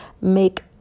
make